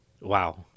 wow